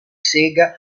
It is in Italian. sega